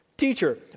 teacher